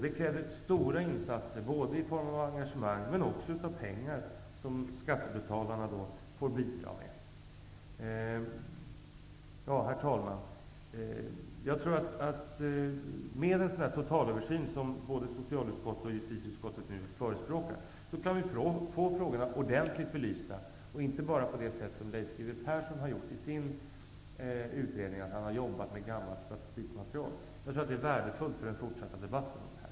Det krävs stora insatser, både i form av engagemang och med pengar, som skattebetalarna får bidra med. Herr talman! Med en sådan totalöversyn som både socialutskottet och justitieutskottet nu förespråkar kan vi få frågorna ordentligt belysta, inte bara på det sätt som Leif G W Persson har gjort i sin utredning, där han har jobbat med gammalt statistikmaterial. Det är värdefullt för den fortsatta debatten.